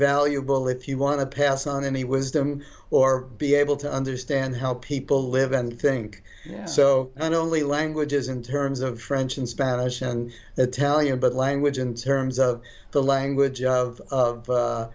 valuable if you want to pass on any wisdom or be able to understand how people live and think so not only languages in terms of french and spanish and italian but language in terms of the language of of